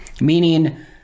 Meaning